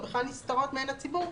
נסתרות מעין הציבור,